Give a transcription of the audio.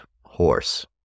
horse